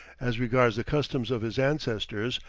as regards the customs of his ancestors,